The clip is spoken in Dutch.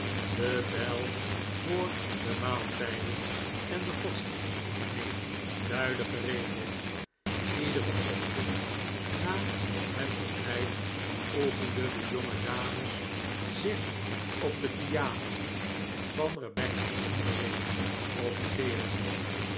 de bel voor de maaltijden en de godsdienstoefening luidde geregeld iederen ochtend na het ontbijt oefenden de jonge dames zich op de piano van rebecca's onderricht proflteerend